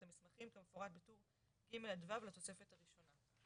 את המסמכים כמפורט בטור ג' עד ו' לתוספת הראשונה.